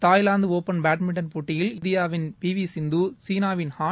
Thailand open badminton போட்டியில் இன்று இந்தியாவின் பி வி சிந்து சீனாவின் ஹான்